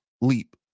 leap